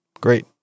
great